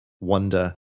wonder